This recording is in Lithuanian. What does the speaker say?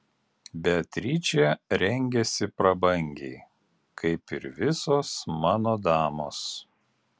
beatričė rengiasi prabangiai kaip ir visos mano damos